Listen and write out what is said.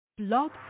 Blog